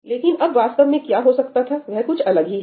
लेकिन अब वास्तव में क्या हो सकता था वह कुछ अलग ही है